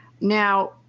Now